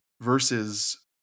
versus